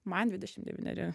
man dvidešimt devyneri